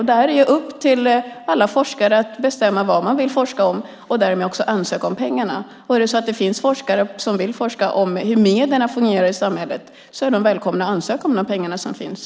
Det är upp till alla forskare att bestämma vad de vill forska om och ansöka om pengarna. Är det så att det finns forskare som vill forska om hur medierna fungerar i samhället är de välkomna att ansöka om de pengar som finns.